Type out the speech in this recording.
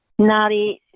Nadi